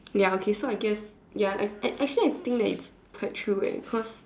ya okay so I guess ya I I actually think that it's quite true eh cause